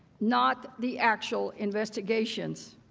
not the actual investigation.